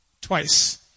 twice